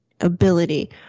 ability